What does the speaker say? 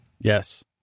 Yes